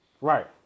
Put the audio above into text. Right